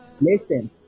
Listen